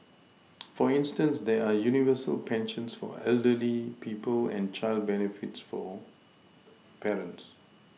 for instance there are universal pensions for elderly people and child benefits for parents